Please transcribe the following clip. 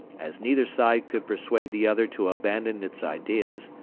as neither side could persuade the other to abandon its ideas,